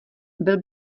byl